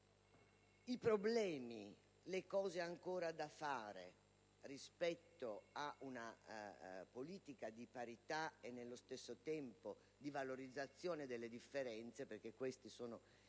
i problemi e le cose ancora da fare rispetto a una politica di parità e, al contempo, di valorizzazione delle differenze - perché questi sono i